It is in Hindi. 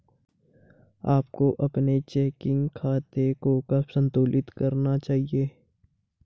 आपको अपने चेकिंग खाते को कब संतुलित करना चाहिए?